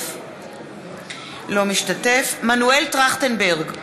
משתתף בהצבעה מנואל טרכטנברג,